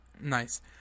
Nice